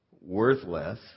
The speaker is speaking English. worthless